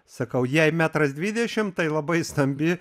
sakau jei metras dvidešim tai labai stambi